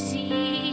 See